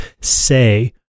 say